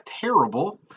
terrible